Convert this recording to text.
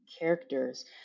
characters